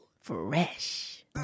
fresh